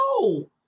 No